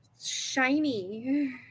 shiny